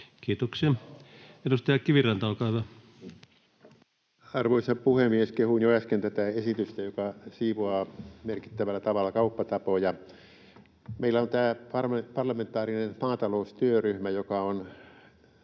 muuttamisesta Time: 19:55 Content: Arvoisa puhemies! Kehuin jo äsken tätä esitystä, joka siivoaa merkittävällä tavalla kauppatapoja. Meillä on tämä parlamentaarinen maataloustyöryhmä, joka on